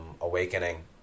awakening